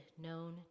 known